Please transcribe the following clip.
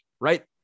right